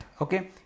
okay